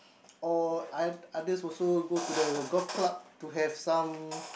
or oth~ others also go to the golf club to have some